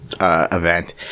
event